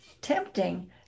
tempting